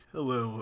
Hello